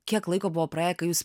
kiek laiko buvo praėję kai jūs